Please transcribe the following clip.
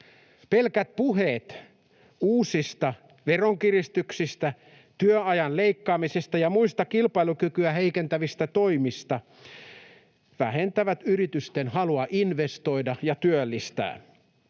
Pelkät puheet uusista veronkiristyksistä, työajan leikkaamisesta ja muista kilpailukykyä heikentävistä toimista vähentävät yritysten halua investoida ja työllistää.